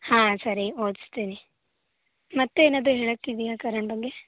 ಹಾಂ ಸರಿ ಓದಿಸ್ತೀನಿ ಮತ್ತೆ ಏನಾದರೂ ಹೇಳೊಕಿದ್ಯ ಕರಣ್ ಬಗ್ಗೆ